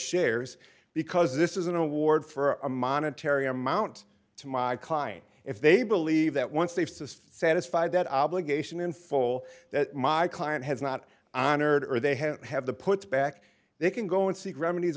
shares because this is an award for a monetary amount to my client if they believe that once they've cysts satisfied that obligation in full that my client has not honored or they have have the puts back they can go and seek remedies